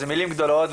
אז זה מלים גדולות,